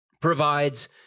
provides